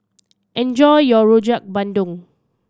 enjoy your Rojak Bandung